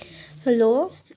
hello